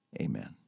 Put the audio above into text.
amen